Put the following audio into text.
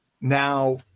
Now